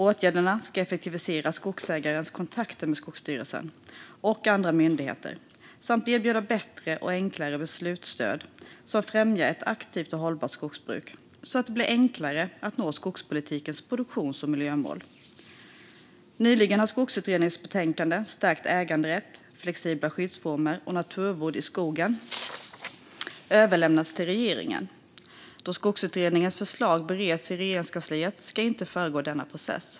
Åtgärderna ska effektivisera skogsägarens kontakter med Skogsstyrelsen och andra myndigheter samt erbjuda bättre och enklare beslutsstöd som främjar ett aktivt och hållbart skogsbruk, så att det blir enklare att nå skogspolitikens produktions och miljömål. Nyligen har Skogsutredningens betänkande Stärkt äganderätt, flexibla skyddsformer och naturvård i skogen överlämnats till regeringen. Då Skogsutredningens förslag bereds i Regeringskansliet ska jag inte föregå denna process.